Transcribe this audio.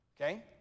Okay